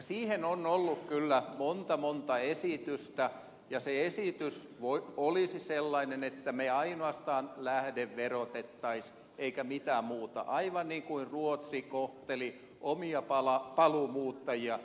siihen on ollut kyllä monta monta esitystä ja se esitys olisi sellainen että me ainoastaan lähdeverottaisimme eikä mitään muuta aivan niin kuin ruotsi kohteli omia paluumuuttajiaan